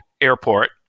airport